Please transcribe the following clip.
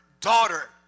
daughter